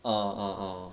orh orh orh